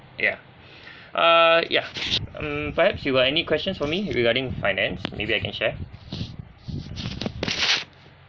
yeah uh yeah um perhaps you got any questions for me regarding finance maybe I can share